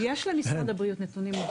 אבל יש למשרד הבריאות נתונים.